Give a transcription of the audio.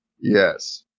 Yes